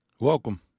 Welcome